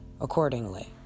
accordingly